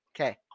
Okay